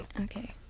Okay